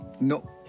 No